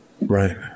Right